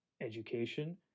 education